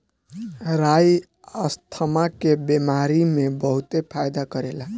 राई asthma के बेमारी में बहुते फायदा करेला